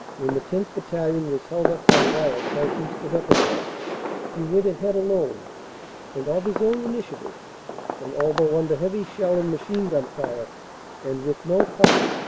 when the tenth. battalion was held up by wire southeast of epinoy he went ahead alone and of his own initiative and although under heavy shell and machine-gun fire and with no cover,